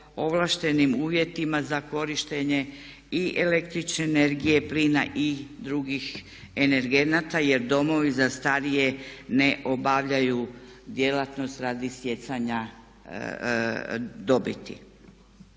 ovlaštenim uvjetima za korištenje i električne energije, plina i drugih energenata jer domovi za starije ne obavljaju djelatnost radi stjecanja dobiti.